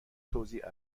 توزیع